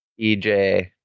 EJ